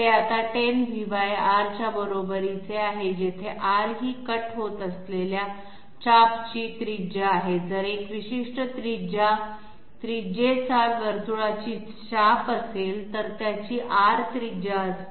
ते आता 10 VR च्या बरोबरीचे आहे जेथे R ही कट होत असलेल्या आर्कची त्रिज्या आहे जर एक विशिष्ट त्रिज्या त्रिजेचा वर्तुळाची आर्क असेल तर त्याची R त्रिज्या असते